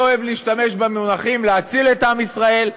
לא אוהב להשתמש במונחים "להציל את עם ישראל",